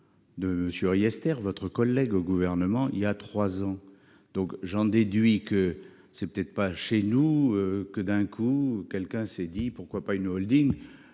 Riester, votre collègue au gouvernement, il y a 3 ans, donc j'en déduis que c'est peut-être pas chez nous que d'un coup quelqu'un s'est dit pourquoi pas une Holding la